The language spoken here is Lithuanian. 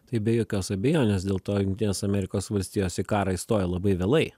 tai be jokios abejonės dėl to jungtinės amerikos valstijos į karą įstoja labai vėlai